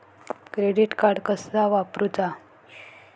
Credit card कसा वापरूचा?